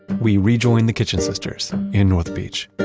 we rejoin the kitchen sisters in north beach